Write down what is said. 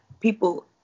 people